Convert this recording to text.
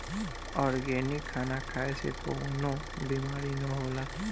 organic खाना खाए से कवनो बीमारी ना होला